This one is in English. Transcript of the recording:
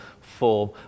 form